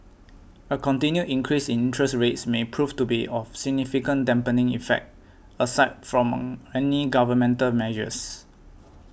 a continued increase in interest rates may prove to be of significant dampening effect aside from any governmental measures